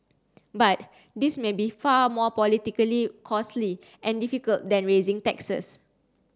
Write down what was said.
but this may be far more politically costly and difficult than raising taxes